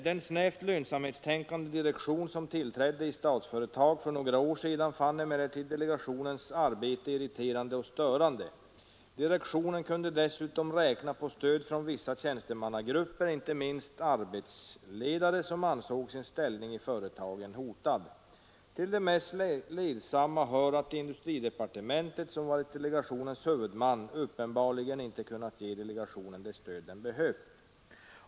Den snävt lönsamhetstänkande direktion som tillträdde i Statsföretag för några år sedan fann emellertid delegationens arbete irriterande och störande. Direktionen kunde dessutom räkna på stöd från vissa tjänstemannagrupper, inte minst arbetsledare, som ansåg sin ställning i företagen hotad. Till det mest ledsamma hör att industridepartementet, som varit delegationens huvudman, uppenbarligen inte kunnat ge delegationen det stöd den behövt.